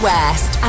West